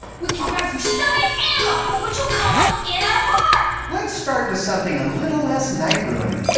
we can grab some stomach ammo. which will come up in our barf! let's start with something a little less night-ruining.